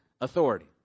authority